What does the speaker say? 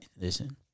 Listen